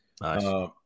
nice